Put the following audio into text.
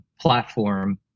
platform